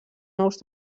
nous